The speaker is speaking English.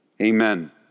Amen